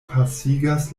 pasigas